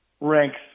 ranks